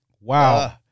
wow